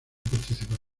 participar